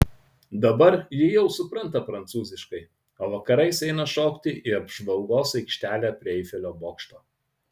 dabar ji jau supranta prancūziškai o vakarais eina šokti į apžvalgos aikštelę prie eifelio bokšto